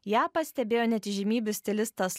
ją pastebėjo net įžymybių stilistas